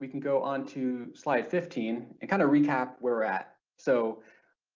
we can go on to slide fifteen and kind of recap where we're at, so